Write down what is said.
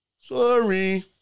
Sorry